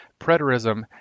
Preterism